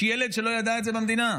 יש ילד שלא ידע את זה במדינה?